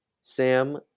Sam